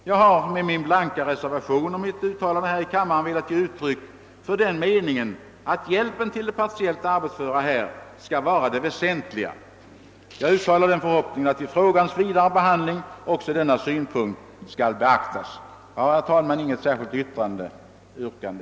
Jag har med min blanka reservation och med detta mitt anförande i kammaren velat ge uttryck för den meningen, att hjälpen till de partiellt arbetsföra här skall vara det väsentliga, och jag uttalar den förhoppningen att just den synpunkten kommer att beaktas vid frågans vidare behandling. Herr talman! Jag har inget särskilt yrkande.